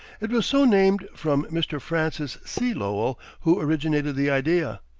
it was so named from mr. francis c. lowell, who originated the idea.